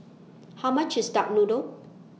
How much IS Duck Noodle